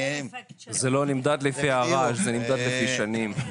זה לא נמדד לפי הרעש, זה נמדד לפני שנים.